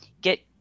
get